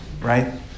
right